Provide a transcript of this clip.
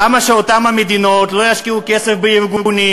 למה שאותן המדינות לא ישקיעו כסף בארגונים